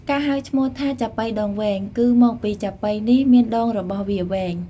ការហៅឈ្មោះថា ចាប៉ីដងវែង គឺមកពីចាប៉ីនេះមានដងរបស់វាវែង។